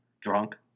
drunk